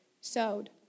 sowed